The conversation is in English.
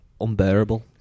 unbearable